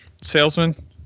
salesman